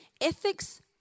ethics